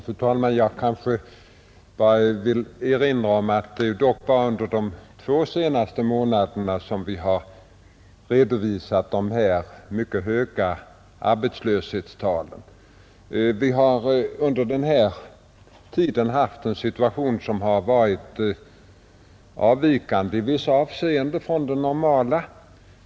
Fru talman! Jag vill erinra om att de mycket höga arbetslöshetstalen dock bara redovisats för de två senaste månaderna, och under denna tid har vi haft en situation som i vissa avseenden avvikit från den normala.